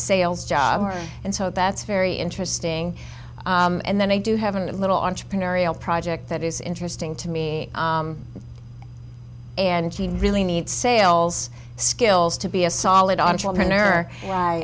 sales job and so that's very interesting and then i do have a little entrepreneurial project that is interesting to me and she really needs sales skills to be a solid entrepreneur